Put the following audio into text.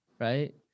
Right